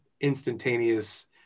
instantaneous